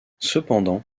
cependant